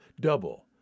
double